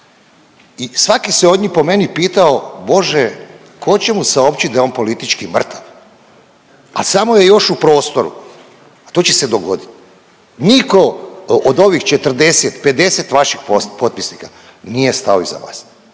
i svaki se od njih po meni pitao Bože, ko će mu saopćit da je on politički mrtav, a samo je još u prostoru, a to će se dogodit. Nitko od ovih 40, 50 vaših potpisnika nije stao iza vas.